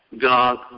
God